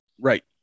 Right